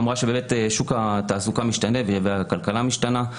ששוק התעסוקה משתנה והכלכלה משתנה,